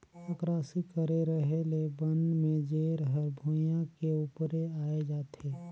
अकरासी करे रहें ले बन में जेर हर भुइयां के उपरे आय जाथे